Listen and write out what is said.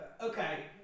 Okay